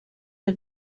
the